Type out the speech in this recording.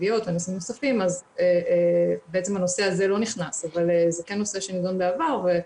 הנושא הזה לא נכנס אבל זה כן נושא שנדון בעבר.